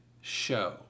show